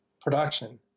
production